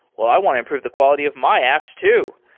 well, i want to improve the quality of my apps too.